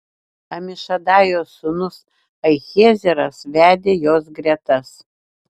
amišadajo sūnus ahiezeras vedė jos gretas